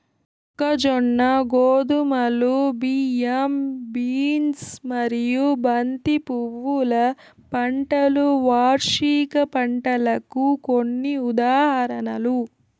మొక్కజొన్న, గోధుమలు, బియ్యం, బీన్స్ మరియు బంతి పువ్వుల పంటలు వార్షిక పంటలకు కొన్ని ఉదాహరణలు